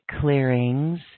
clearings